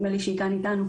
נדמה לי שהיא כאן אתנו,